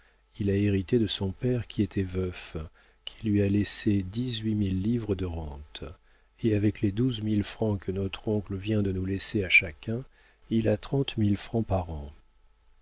il a hérité de son père qui était veuf qui lui a laissé dix-huit mille livres de rentes et avec les douze mille francs que notre oncle vient de nous laisser à chacun il a trente mille francs par an